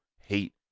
hate